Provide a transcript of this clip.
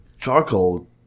charcoal